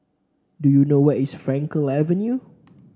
do you know where is Frankel Avenue